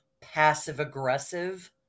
passive-aggressive